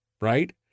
right